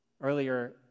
Earlier